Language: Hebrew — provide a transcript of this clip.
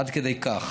עד כדי כך.